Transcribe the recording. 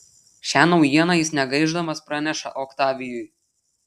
šią naujieną jis negaišdamas praneša oktavijui